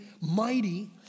mighty